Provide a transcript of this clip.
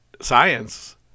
science